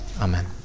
amen